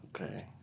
Okay